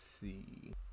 see